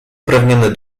uprawnione